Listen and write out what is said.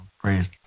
praise